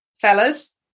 fellas